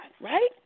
right